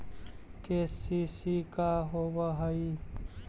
KCC का होव हइ?